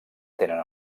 tenen